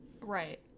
Right